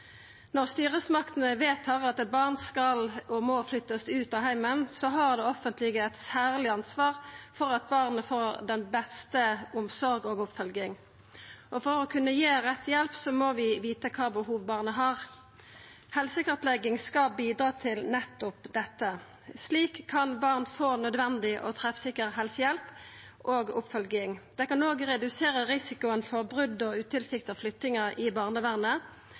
Når styresmaktene vedtar at eit barn skal og må flyttast ut av heimen, har det offentlege eit særleg ansvar for at barnet får den beste omsorga og oppfølginga. For å kunna gi rett hjelp må vi vita kva behov barnet har. Helsekartlegging skal bidra til nettopp dette. Slik kan barn få nødvendig og treffsikker helsehjelp og oppfølging. Det kan òg redusera risikoen for brot og utilsikta flyttingar i barnevernet